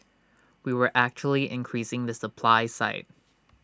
we were actually increasing the supply side